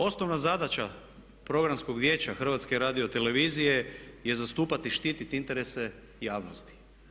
Osnovna zadaća Programskog vijeća HRT-a je zastupati i štititi interese javnosti.